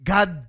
God